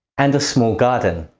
and a small garden.